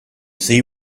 see